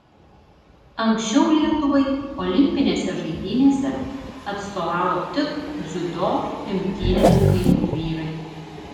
anksčiau lietuvai olimpinėse žaidynėse atstovavo tik dziudo imtynininkai vyrai